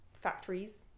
factories